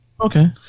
Okay